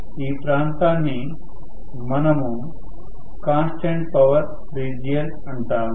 ఈ ప్రాంతాన్ని మనము కాన్స్టెంట్ పవర్ రీజియన్ అంటాము